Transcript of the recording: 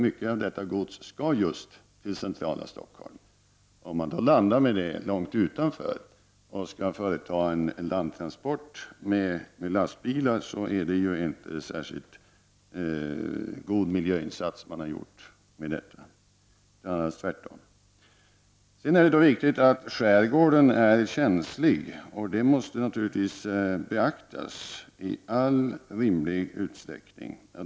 Mycket av detta gods skall just till centrala Stockholm. Om man då lastar av det långt utanför och måste företa en landtransport med lastbilar, har man inte gjort någon särskilt god miljöinsats med detta. Snarast tvärtom. Det är riktigt att skärgården är känslig. Det måste naturligtvis beaktas i all rimlig utsträckning.